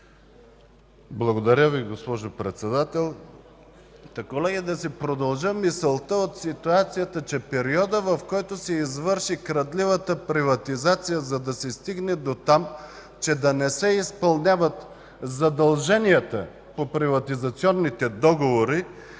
Благодаря Ви, госпожо Председател. Колеги, да си продължа мисълта от ситуацията, че периодът, в който се извърши крадливата приватизация, за да се стигне дотам, че да не се изпълняват задълженията по приватизационните договори